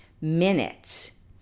minutes